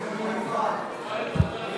הצעת סיעות יהדות התורה,